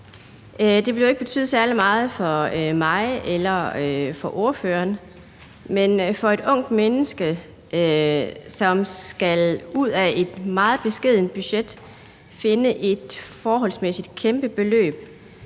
Det ville jo ikke betyde særlig meget for mig eller for ordføreren, men for et ungt menneske, som ud af et meget beskedent budget skal finde et forholdsmæssigt kæmpestort beløb,